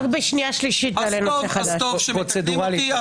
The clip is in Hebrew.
טוב שמתקנים אותי.